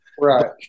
right